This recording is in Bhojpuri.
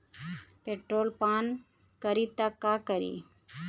पेट्रोल पान करी त का करी?